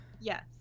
Yes